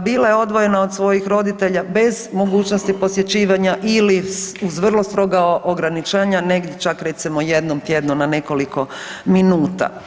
bila je odvojena od svojih roditelja bez mogućnosti posjećivanja ili uz vrlo stroga ograničenja negdje čak recimo jednom tjednom na nekoliko minuta.